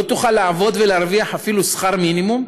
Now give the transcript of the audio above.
לא תוכל לעבוד ולהרוויח אפילו שכר מינימום?